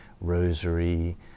rosary